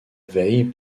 veille